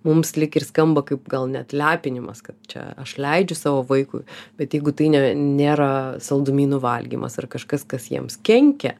mums lyg ir skamba kaip gal net lepinimas kad čia aš leidžiu savo vaikui bet jeigu tai ne nėra saldumynų valgymas ar kažkas kas jiems kenkia